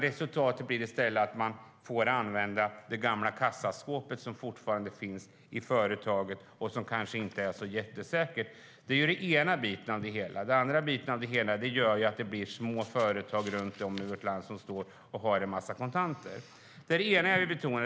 Resultatet blir i stället att man får använda det gamla kassaskåp som fortfarande finns i företaget - och som kanske inte är så jättesäkert. Det är en sida av det hela, och den andra sidan är att det blir små företag runt om i vårt land som står med en massa kontanter. Det var det ena jag vill betona.